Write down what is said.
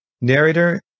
Narrator